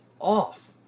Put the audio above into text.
off